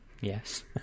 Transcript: Yes